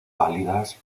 pálidas